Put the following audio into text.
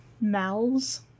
mouths